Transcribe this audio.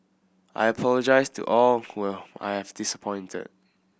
I apologise to all I have disappointed